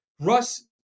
Russ